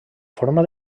forma